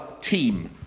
team